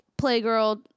playgirl